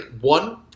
one